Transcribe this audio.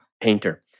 Painter